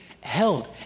held